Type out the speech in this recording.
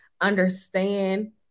understand